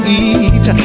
eat